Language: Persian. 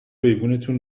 ایوونتون